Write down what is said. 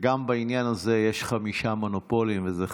גם בעניין הזה יש חמישה מונופולים, וזה חבל.